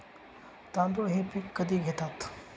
तांदूळ हे पीक कधी घेतात?